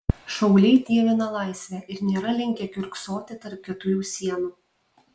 šauliai dievina laisvę ir nėra linkę kiurksoti tarp keturių sienų